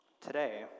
Today